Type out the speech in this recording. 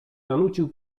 zanucił